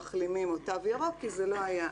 מחלימים או תו ירוק כי זה לא היה אז.